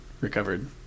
recovered